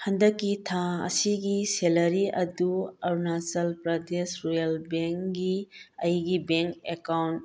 ꯍꯟꯗꯛꯀꯤ ꯊꯥ ꯑꯁꯤꯒꯤ ꯁꯦꯂꯔꯤ ꯑꯗꯨ ꯑꯥꯔꯨꯅꯥꯆꯜ ꯄ꯭ꯔꯗꯦꯁ ꯔꯨꯔꯦꯜ ꯕꯦꯡꯒꯤ ꯑꯩꯒꯤ ꯕꯦꯡ ꯑꯦꯀꯥꯎꯟ